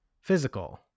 physical